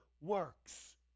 works